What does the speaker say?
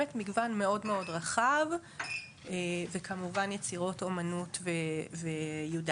באמת מגוון מאוד רחב וכמובן יצירות אומנות ויודאיקה.